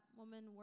woman